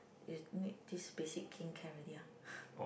is need this basic king can already ah